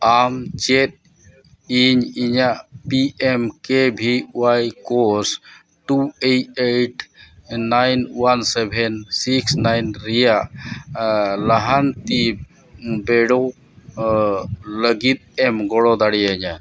ᱟᱢᱪᱮᱫ ᱤᱧ ᱤᱧᱟᱹᱜ P M ᱠᱮ ᱵᱷᱤ ᱳᱣᱟᱭ ᱠᱳᱨᱥ two eight nine one seven six nine ᱨᱮᱱᱟᱜ ᱞᱟᱦᱟᱱᱛᱤ ᱵᱤᱰᱟᱹᱣ ᱞᱟᱹᱜᱤᱫ ᱮᱢ ᱜᱚᱲᱚ ᱫᱟᱲᱮᱭᱟᱹᱧᱟᱹ